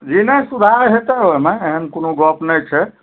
जी नहि सुधार हेतै ओहिमे एहन कोनो गप नहि छै